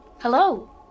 Hello